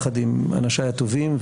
יחד עם אנשיי הטובים,